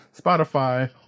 Spotify